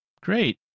Great